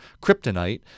kryptonite